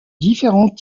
différents